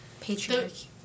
Patriarchy